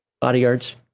bodyguards